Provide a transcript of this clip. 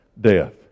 death